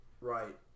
Right